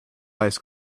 ice